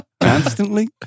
constantly